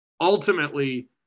ultimately